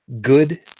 Good